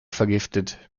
vergiftet